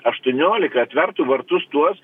aštuoniolika atvertų vartus tuos